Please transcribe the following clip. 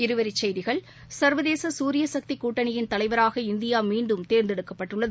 இருவரி செய்திகள் ச்வதேச சூரிய சக்தி கூட்டணியின் தலைவராக இந்தியா மீண்டும் தேர்ந்தெடுக்கப்பட்டுள்ளது